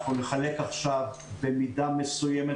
אנחנו נחלק עכשיו במידה מסוימת,